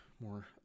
more